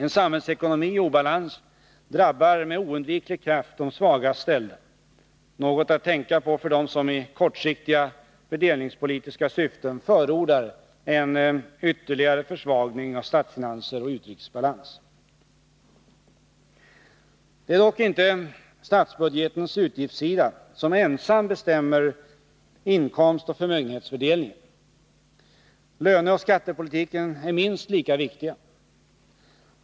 En samhällsekonomi i obalans drabbar med oundviklig kraft de svagast ställda — något att tänka på för dem som i kortsiktiga fördelningspolitiska syften förordar en ytterligare försvagning av statsfinanser och utrikesbalans. Det är dock inte statsbudgetens utgiftssida som ensam bestämmer inkomstoch förmögenhetsfördelningen. Löneoch skattepolitiken är minst lika viktiga.